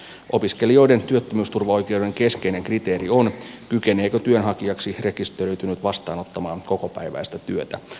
opiskelijoiden työttömyysturvaoikeuden keskeinen kriteeri on kykeneekö työnhakijaksi rekisteröitynyt vastaanottamaan kokopäiväistä työtä